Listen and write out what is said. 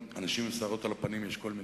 אנשים עם שערות על הפנים יש כל מיני.